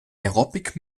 aerobic